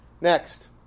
Next